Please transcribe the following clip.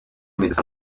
usanzwe